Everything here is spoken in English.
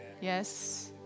Yes